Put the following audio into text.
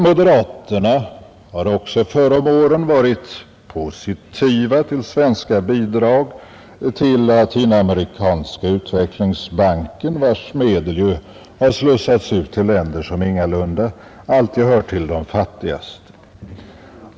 Moderaterna har också förr om åren varit positiva till svenska bidrag till Latinamerikanska utvecklingsbanken, vars medel ju har slussats ut till länder som ingalunda alltid hört till de fattigaste.